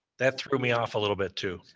that threw me off a little bit too,